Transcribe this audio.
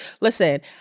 Listen